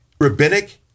rabbinic